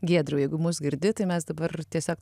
giedriau jeigu mus girdi tai mes dabar tiesiog